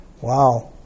Wow